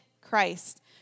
Christ